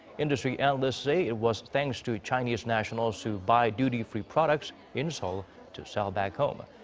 industry analysts say it was thanks to chinese nationals who buy duty-free products in seoul to sell back home.